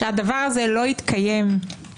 האם אתה באמת חושב שהדבר הזה לא יתקיים באטמוספרה